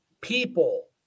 people